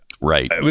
right